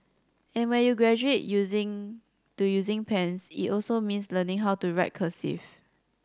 and when you graduate using to using pens it also means learning how to write cursive